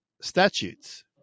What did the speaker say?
statutes